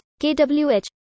kWh